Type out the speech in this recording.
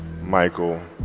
Michael